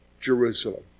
Jerusalem